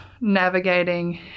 navigating